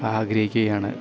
ആഗ്രഹിക്കുകയാണ്